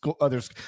others